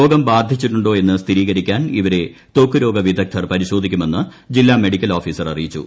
രോഗം ബാധി ച്ചിട്ടുണ്ടോ എന്ന് സ്ഥിരികരിക്കാൻ ഇവരെ ത്വക്ക് രോഗ വിദഗ്ദ്ധർ പരിശോധിക്കുമെന്ന് ജില്ലാ മെഡിക്കൽ ആഫീസർ അിറയിച്ചു